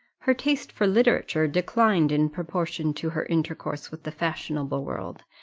her taste for literature declined in proportion to her intercourse with the fashionable world,